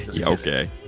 okay